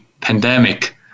pandemic